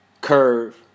curve